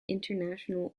international